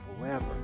forever